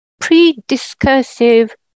pre-discursive